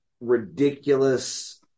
ridiculous